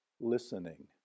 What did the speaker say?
listening